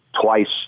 twice